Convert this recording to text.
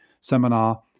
seminar